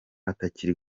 atakiri